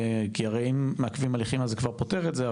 כי אם מעכבים הליכים אז זה כבר פותר את זה,